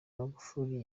magufuri